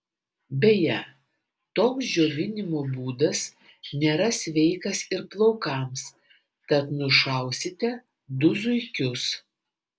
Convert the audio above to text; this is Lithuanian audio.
beje toks džiovinimo būdas nėra sveikas ir plaukams tad nušausite du zuikius